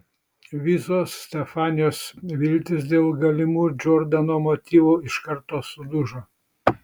visos stefanijos viltys dėl galimų džordano motyvų iš karto sudužo